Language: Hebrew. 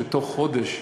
שבתוך חודש,